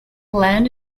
land